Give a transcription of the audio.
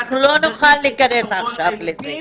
אנחנו לא נוכל להיכנס עכשיו לזה.